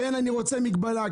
כן, אני רוצה מגבלה.